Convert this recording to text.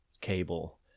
cable